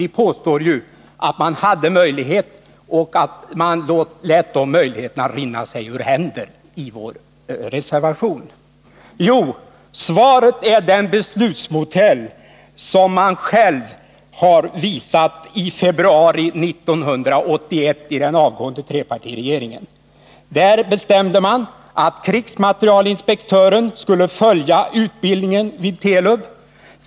Vi påstår ju i vår reservation att man hade möjlighet och att man lät den möjligheten rinna sig ur händerna. Svaret är att man kunnat använda den beslutsmodell som man själv i den avgående trepartiregeringen visade i februari 1981. Där bestämde man att krigsmaterielinspektören skulle följa utbildningen vid Telub.